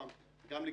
ארגון לומד,